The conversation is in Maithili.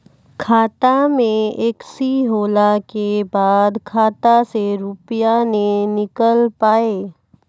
खाता मे एकशी होला के बाद खाता से रुपिया ने निकल पाए?